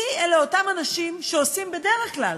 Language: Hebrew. מי אלה אותם אנשים שבדרך כלל